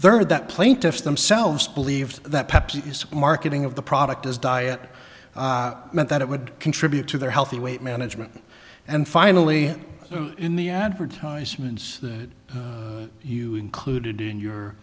third that plaintiffs themselves believed that pepsi marketing of the product is diet meant that it would contribute to their healthy weight management and finally in the advertisements that you included in your